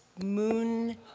moon